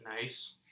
Nice